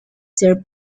their